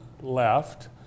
left